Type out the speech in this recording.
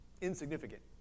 insignificant